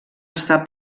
està